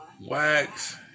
Wax